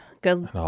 good